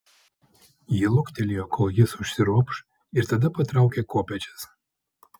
ji luktelėjo kol jis užsiropš ir tada patraukė kopėčias